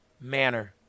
manner